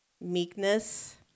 meekness